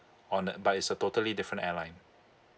on uh but it's a totally different airline